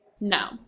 No